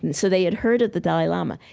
and so they had heard of the dalai lama,